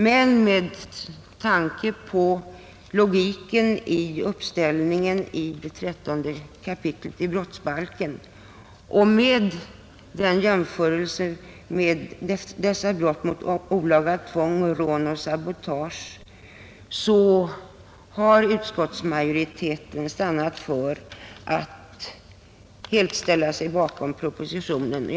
Men med tanke på logiken i uppställningen i 13 kap. i brottsbalken och jämförelsen med brotten olaga tvång, rån och sabotage har utskottsmajoriteten stannat för att helt ställa sig bakom propositionen. Herr talman!